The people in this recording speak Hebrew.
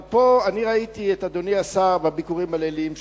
אבל פה אני ראיתי את אדוני השר בביקורים הליליים שלך.